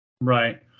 Right